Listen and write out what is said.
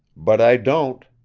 but i don't.